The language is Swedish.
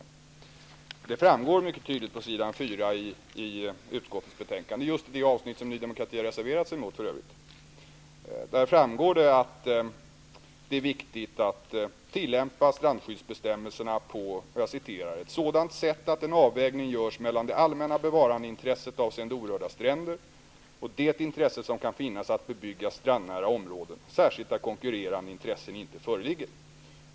Det framgår mycket tydligt på s. 4 i utskottets betänkande, just det avsnitt som Ny demokrati har reserverat sig emot för övrigt, att det är viktigt att tillämpa strandskyddsbetsämmelserna på ''ett sådant sätt att en avvägning görs mellan det allmänna bevarandeintresset avseende orörda stränder och det intresse som kan finnas att bebygga strandnära områden, särskilt där konkurrerande intressen inte föreligger.